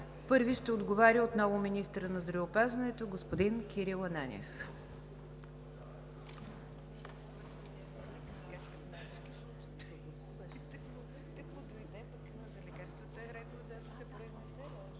Първи ще отговаря отново министърът на здравеопазването господин Кирил Ананиев.